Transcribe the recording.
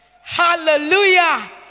Hallelujah